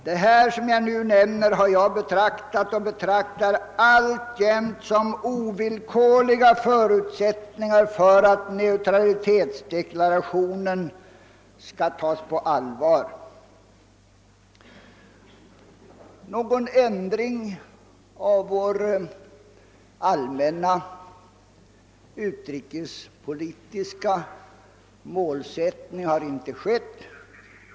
Detta som jag nu nämner har jag betraktat och betraktar alltjämt som ovillkorliga förutsättningar för att neutralitetsdeklarationen skall tas på allvar. Någon ändring av vår allmänna utrikespolitiska målsättning har inte skett.